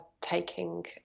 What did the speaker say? taking